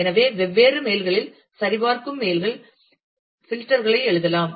எனவே வெவ்வேறு மெயில்களில் சரிபார்க்கும் மெயில்கள் பில்டர் களை எழுதலாம்